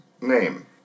name